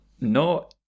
no